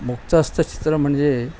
मुक्तहस्त चित्र म्हणजे